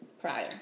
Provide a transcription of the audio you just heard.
prior